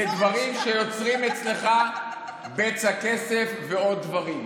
לדברים שיוצרים אצלך בצע כסף ועוד דברים.